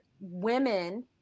women